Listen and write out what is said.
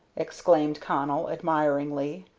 exclaimed connell, admiringly.